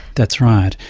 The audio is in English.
that's right.